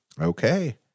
Okay